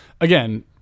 Again